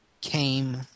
came